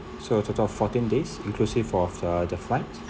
so total of fourteen days inclusive of the flight